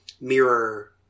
mirror